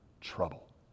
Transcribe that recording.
trouble